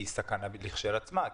היא סכנה לכשעצמה,